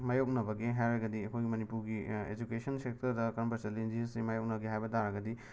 ꯃꯥꯌꯣꯛꯅꯕꯒꯦ ꯍꯥꯏꯔꯒꯗꯤ ꯑꯩꯈꯣꯏꯒꯤ ꯃꯅꯤꯄꯨꯔꯒꯤ ꯑꯦꯖꯨꯀꯦꯁꯟ ꯁꯦꯛꯇꯔꯗ ꯀꯔꯝꯕ ꯆꯦꯂꯦꯟꯖꯦꯁꯁꯤ ꯃꯥꯌꯣꯛꯅꯒꯦ ꯍꯥꯏꯕ ꯇꯥꯔꯒꯗꯤ